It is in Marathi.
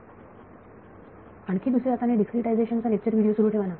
विद्यार्थी आणखी दुसऱ्या हाताने डीस्क्रीटायझेशनचा लेक्चर व्हिडिओ सुरू ठेवा ना